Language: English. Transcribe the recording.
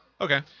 Okay